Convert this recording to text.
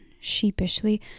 sheepishly